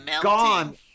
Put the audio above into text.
gone